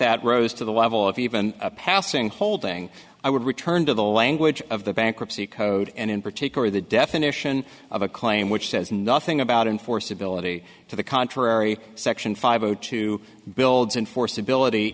that rose to the level of even a passing holding i would return to the language of the bankruptcy code and in particular the definition of a claim which says nothing about enforceability to the contrary section five zero two builds enforceability